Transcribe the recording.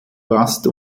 rast